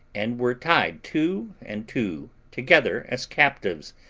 and were tied two and two together as captives,